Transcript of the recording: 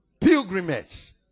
pilgrimage